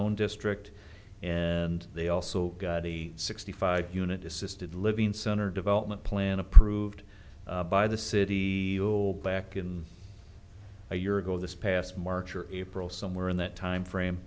zone district and they also got a sixty five unit assisted living center development plan approved by the city back in a year ago this past march or april somewhere in that timeframe